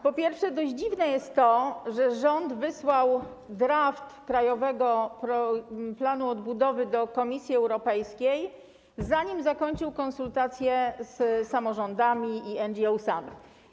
Po pierwsze, dość dziwne jest to, że rząd wysłał draft krajowego planu odbudowy do Komisji Europejskiej, zanim zakończył konsultacje z samorządami i NGOs.